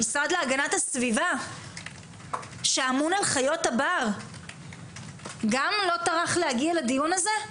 המשרד להגנת הסביבה שאמון על חיות הבר גם לא טרח להגיע לדיון הזה?